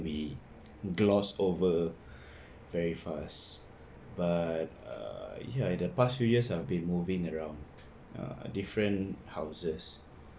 we gloss over very fast but err ya in the past few years I have been moving around uh different houses